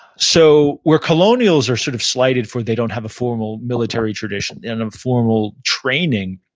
so where colonials are sort of slighted for they don't have a formal military traditional, and a formal training,